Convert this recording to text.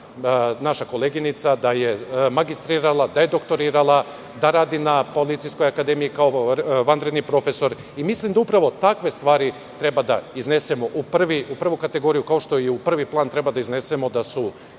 naša koleginica, da je magistrirala, da je doktorirala, da radi na Policijskoj akademiji kao vanredni profesor i mislim da upravo takve stvari treba da iznesemo u prvu kategoriju, kao što i u prvi plan treba da iznesemo da su